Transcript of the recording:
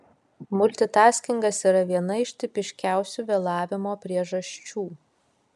multitaskingas yra viena iš tipiškiausių vėlavimo priežasčių